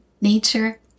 nature